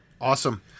Awesome